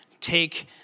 Take